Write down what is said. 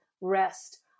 rest